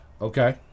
Okay